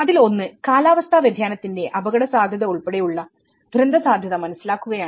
അതിൽ ഒന്ന് കാലാവസ്ഥാ വ്യതിയാനത്തിന്റെ അപകടസാധ്യത ഉൾപ്പെടെയുള്ള ദുരന്തസാധ്യത മനസ്സിലാക്കുകയാണ്